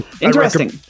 interesting